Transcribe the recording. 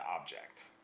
object